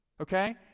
okay